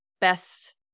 best